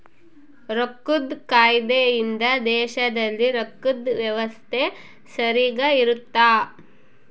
ರೊಕ್ಕದ್ ಕಾಯ್ದೆ ಇಂದ ದೇಶದಲ್ಲಿ ರೊಕ್ಕದ್ ವ್ಯವಸ್ತೆ ಸರಿಗ ಇರುತ್ತ